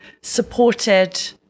supported